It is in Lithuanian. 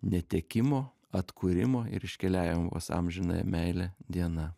netekimo atkūrimo ir iškeliavimas amžinąją meilę diena